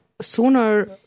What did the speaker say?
sooner